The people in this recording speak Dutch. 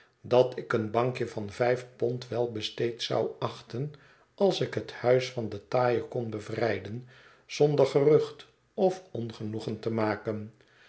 dat ik een bankje van vijf pond welbesteed zou achten als ik het huis van den taaie kon bevrijden zonder gerucht of ongenoegen te maken